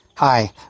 Hi